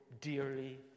dearly